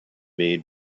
made